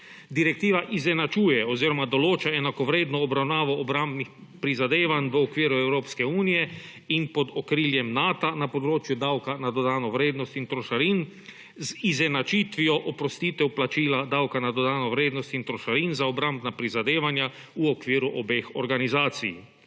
Direktiva izenačuje oziroma določa enakovredno obravnavo obrambnih prizadevanj, v okviru Evropske unije in pod okriljem Nata na področju davka na dodano vrednost in trošarin, z izenačitvijo oprostitev plačila davka na dodano vrednost in trošarin za obrambna prizadevanja, v okviru obeh organizacij.